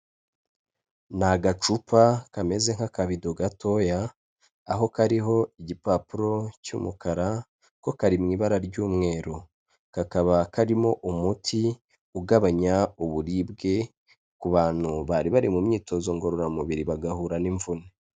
Ni agacupa kameze nk'akabido gatoya, aho kariho igipapuro cy'umukara, ko kari mu ibara ry'umwer,u kakaba karimo umuti ugabanya uburibwe ku bantu bari bari mu myitozo ngororamubiri bagahura n'imvune.